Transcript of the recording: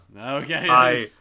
okay